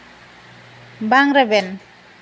ᱵᱟᱝ ᱨᱮᱵᱮᱱ